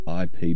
IP